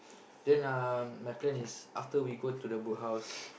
then uh my plan is after we go to the Bookhouse